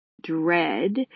dread